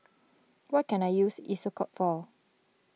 what can I use Isocal for